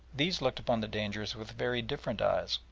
these looked upon the danger with very different eyes.